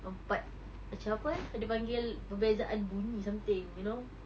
empat macam apa eh apa dia panggil perbezaan bunyi something you know